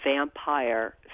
vampire